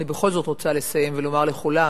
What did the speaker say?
אני בכל זאת רוצה לסיים ולומר לכולם: